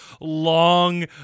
long